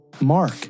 Mark